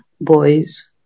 boys